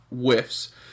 whiffs